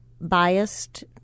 biased